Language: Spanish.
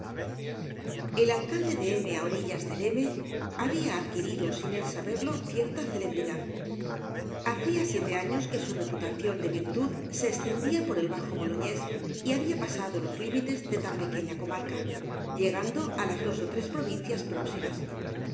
el alcalde de m á orillas del m habia adquirido sin él saberlo cierta celebridad hacia siete años que su reputacion de virtud se estendia por el bajo boloñés y habia pasado los límites de tan pequeña comarca llegando á las dos ó tres provincias próximas